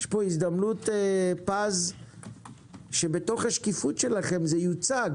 יש פה הזדמנות פז שבתוך השקיפות שלכם זה יוצג